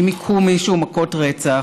אם הכו מישהו מכות רצח,